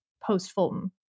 post-Fulton